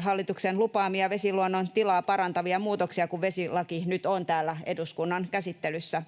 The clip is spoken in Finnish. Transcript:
hallituksen lupaamia vesiluonnon tilaa parantavia muutoksia, kun vesilaki nyt on täällä eduskunnan käsittelyssä.